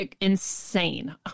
insane